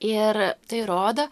ir tai rodo